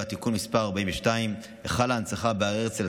(תיקון מס' 42) (היכל ההנצחה בהר הרצל),